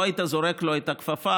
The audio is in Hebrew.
לא היית זורק לו את הכפפה,